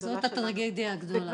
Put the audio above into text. זאת הטרגדיה הגדולה.